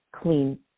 clean